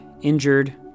injured